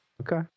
okay